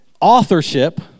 authorship